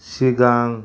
सिगां